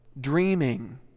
Dreaming